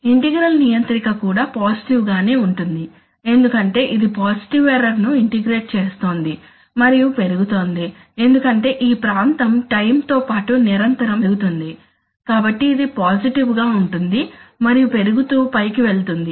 integral నియంత్రిక కూడా positive గా నే ఉంటుంది ఎందుకంటే ఇది పాజిటివ్ ఎర్రర్ ను ఇంటిగ్రేట్ చేస్తోంది మరియు పెరుగుతోంది ఎందుకంటే ఈ ప్రాంతం టైంతో పాటు నిరంతరం పెరుగుతోంది కాబట్టి ఇది పాజిటివ్ గా ఉంటుంది మరియు పెరుగుతూ పైకి వెళ్తుంది